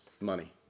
money